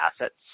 assets